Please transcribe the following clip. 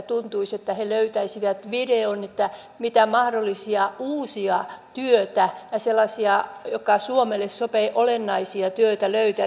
tuntuisi että he löytäisivät vision mitä mahdollisia uusia töitä ja sellaisia suomelle sopivia olennaisia töitä löytäisi